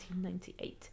1998